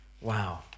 Wow